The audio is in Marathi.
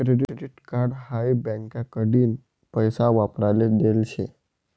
क्रेडीट कार्ड हाई बँकाकडीन पैसा वापराले देल शे